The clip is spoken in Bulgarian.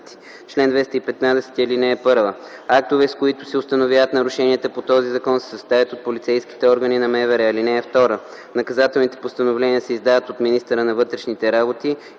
„Чл. 215. (1) Актовете, с които се установяват нарушенията по този закон, се съставят от полицейските органи на МВР. (2) Наказателните постановления се издават от министъра на вътрешните работи